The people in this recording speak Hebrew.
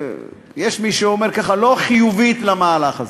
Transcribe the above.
יש מי שאומר לא חיובית, למהלך הזה.